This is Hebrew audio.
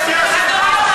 תודה.